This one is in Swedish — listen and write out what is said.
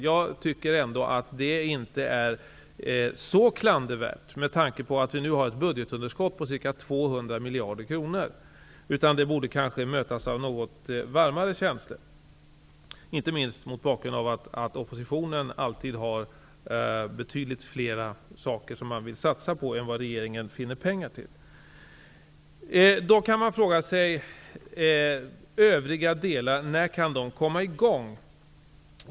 Jag tycker inte att det är så klandervärt, med tanke på att vi nu har ett budgetunderskott om ca 200 miljarder kronor. Det borde alltså mötas med varmare känslor, inte minst mot bakgrund av att oppositionen alltid vill satsa på betydligt flera saker än vad regeringen finner pengar till. Man kan också fråga sig när övriga delar kan komma i gång.